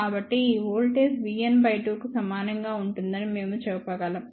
కాబట్టి ఈ voltage vn 2 కు సమానంగా ఉంటుందని మేము చెప్పగలం